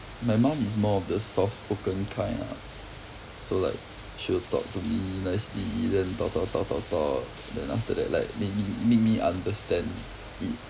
my mum is more of the soft spoken kind lah so like she will talk to me nicely then talk talk talk talk talk then after that like make me make me understand it